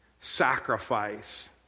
sacrifice